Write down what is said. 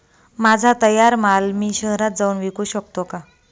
माझा तयार माल मी शहरात जाऊन विकू शकतो का?